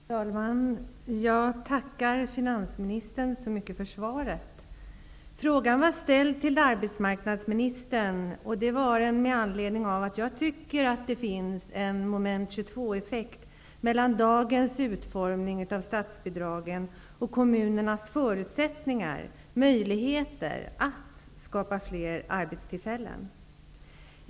Herr talman! Jag tackar finansministern så mycket för svaret. Frågan var ställd till arbetsmarknadsministern, och det var den med anledning av att jag tycker att det finns en Moment 22-effekt mellan dagens utformning av statsbidragen och kommunernas förutsättningar och möjligheter att skapa fler arbetstillfällen.